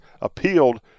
appealed